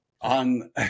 on